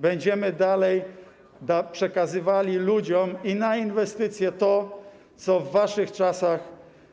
Będziemy dalej przekazywali ludziom i na inwestycje to, co w waszych czasach